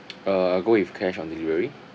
uh I'll go with cash on delivery